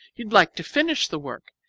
you'd like to finish the work,